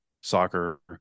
soccer